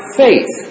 faith